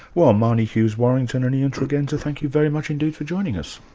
well, marnie hughes-warrington and ian tregenza, thank you very much indeed for joining us.